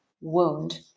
wound